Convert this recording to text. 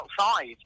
outside